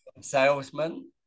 salesman